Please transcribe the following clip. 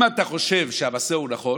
אם אתה חושב שהמעשה נכון,